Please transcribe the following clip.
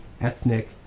ethnic